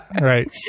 right